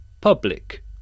public